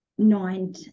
Nine